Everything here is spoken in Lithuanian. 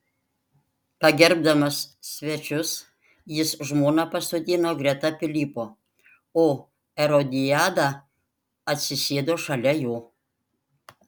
pagerbdamas svečius jis žmoną pasodino greta pilypo o erodiadą atsisėdo šalia jo